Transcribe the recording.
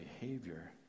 behavior